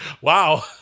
Wow